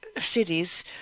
cities